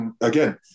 again